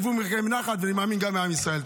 ירווחו מכם נחת ואני מאמין שגם עם ישראל.